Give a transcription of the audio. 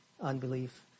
unbelief